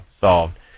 solved